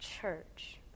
church